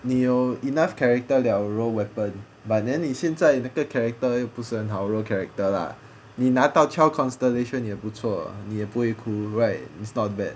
你有 enough character 了 roll weapon but then 你现在那个 character 又不是很好 roll character lah 你拿到 child constellation 也不错也不会哭 right it's not bad